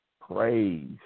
praise